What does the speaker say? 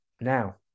now